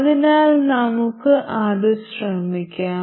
അതിനാൽ നമുക്ക് അത് ശ്രമിക്കാം